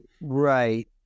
Right